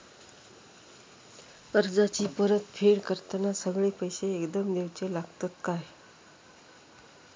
कर्जाची परत फेड करताना सगळे पैसे एकदम देवचे लागतत काय?